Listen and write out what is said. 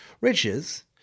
Riches